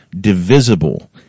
divisible